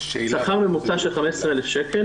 שכר ממוצע של 15,000 שקל.